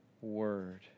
word